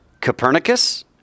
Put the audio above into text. Copernicus